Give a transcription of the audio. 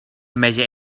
measure